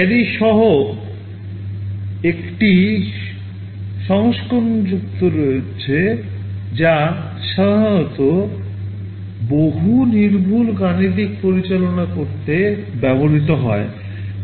carry সহ একটি সংস্করণ যুক্ত রয়েছে যা সাধারণত বহু নির্ভুল গাণিতিক পরিচালনা করতে ব্যবহৃত হয়